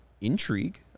intrigue